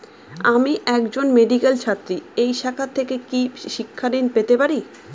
আমি একজন মেডিক্যাল ছাত্রী এই শাখা থেকে কি শিক্ষাঋণ পেতে পারি?